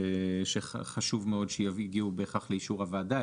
שחשוב מאוד שיגיעו בהכרח לאישור הוועדה.